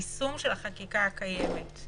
היישום של החקיקה הקיימת,